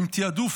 עם תיעדוף